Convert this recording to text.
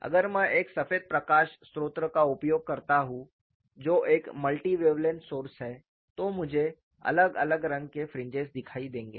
अगर मैं एक सफेद प्रकाश स्रोत का उपयोग करता हूं जो एक मल्टी वेवलेंथ सोर्स है तो मुझे अलग अलग रंग के फ्रिंजेस दिखाई देंगे